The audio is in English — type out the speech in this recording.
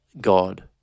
God